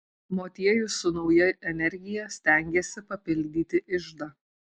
motiejus su nauja energija stengėsi papildyti iždą